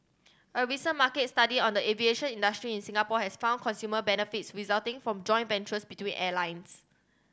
a recent market study on the aviation industry in Singapore has found consumer benefits resulting from joint ventures between airlines